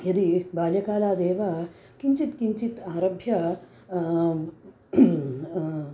यदि बाल्यकालादेव किञ्चित् किञ्चित् आरभ्य